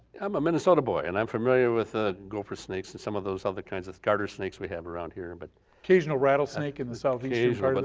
i'm a minnesota boy and i'm familiar with a gopher snakes and some of those other kinds of garter snakes we have around here. but occasional rattlesnake in southeast asia.